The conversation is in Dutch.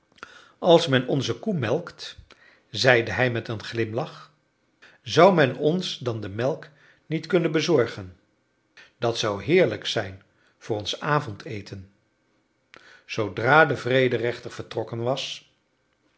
als men onze koe melkt zeide hij met een glimlach zou men ons dan de melk niet kunnen bezorgen dat zou heerlijk zijn voor ons avondeten zoodra de vrederechter vertrokken was